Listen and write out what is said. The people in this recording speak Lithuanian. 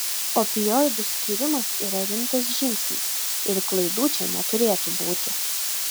opioidų skyrimas yra rimtas žingsnis ir klaidų čia neturėtų būti